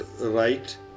Right